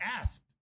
asked